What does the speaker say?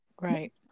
right